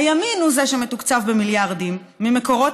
הימין הוא שמתוקצב במיליארדים ממקורות